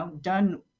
done